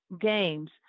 games